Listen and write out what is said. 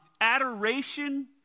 adoration